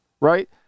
right